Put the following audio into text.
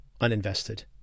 uninvested